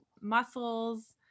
muscles